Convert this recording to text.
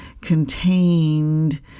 contained